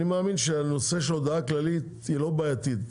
אני מאמין שהנושא של הודעה כללית הוא לא בעייתי.